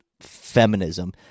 feminism